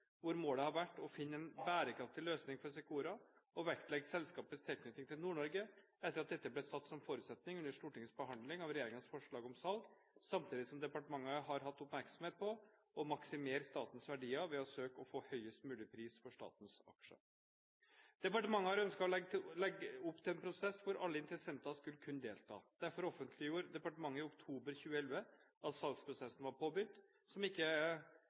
hvor målet har vært å finne en bærekraftig løsning for Secora og å vektlegge selskapets tilknytning til Nord-Norge etter at dette ble satt som forutsetning under Stortingets behandling av regjeringens forslag om salg, samtidig som departementet har hatt oppmerksomhet på å maksimere statens verdier ved å søke å få høyest mulig pris for statens aksjer. Departementet har ønsket å legge opp til en prosess hvor alle interessenter skulle kunne delta. Derfor offentliggjorde departementet i oktober 2011 at salgsprosessen var påbegynt, noe som ikke